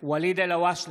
אלהואשלה,